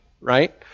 right